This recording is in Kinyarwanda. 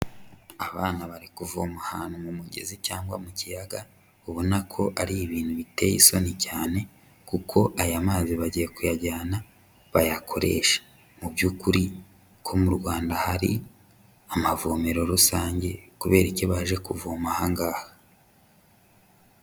Abana bari kuvoma ahantu mu mugezi cyangwa mu kiyaga ubona ko ari ibintu biteye isoni cyane, kuko aya mazi bagiye kuyajyana bayakoreshe. Muby'ukuri ko mu Rwanda hari amavomero rusange, kubera iki baje kuvoma aha ngaha?